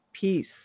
peace